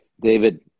David